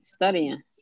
Studying